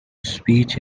speech